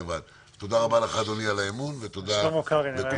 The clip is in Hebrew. תודה רבה לך, אדוני, על האמון, ותודה לכולם.